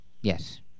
Yes